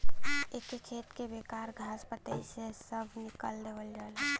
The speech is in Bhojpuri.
एके खेत के बेकार घास पतई से सभ निकाल देवल जाला